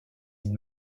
îles